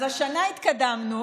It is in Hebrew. אז השנה התקדמנו,